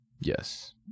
yes